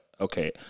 okay